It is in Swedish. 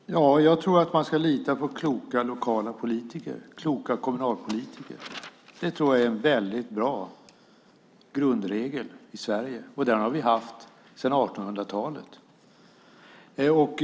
Fru talman! Jag tror att man ska lita på kloka kommunalpolitiker. Det tror jag är en väldigt bra grundregel i Sverige, och den har vi haft sedan 1800-talet.